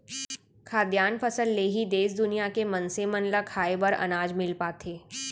खाद्यान फसल ले ही देस दुनिया के मनसे मन ल खाए बर अनाज मिल पाथे